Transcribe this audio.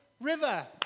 river